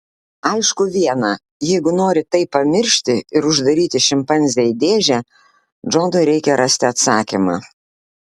aišku viena jeigu nori tai pamiršti ir uždaryti šimpanzę į dėžę džonui reikia rasti atsakymą